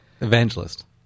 evangelist